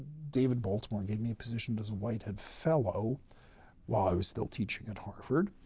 david baltimore gave me a position as a whitehead fellow while i was still teaching at harvard.